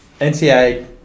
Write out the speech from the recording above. NCA